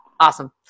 Awesome